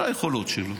זו היכולות שלו